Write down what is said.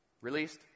released